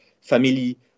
family